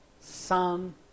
sun